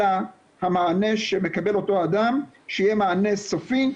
אלא המענה שמקבל אותו אדם שיהיה מענה סופי,